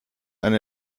eine